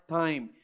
time